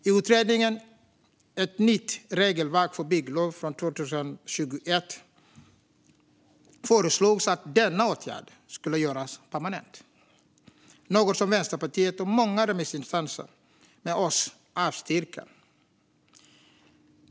I utredningen Ett nytt regelverk för bygglov från 2021 föreslogs att denna åtgärd skulle göras permanent, något som Vänsterpartiet och många remissinstanser med oss avstyrker.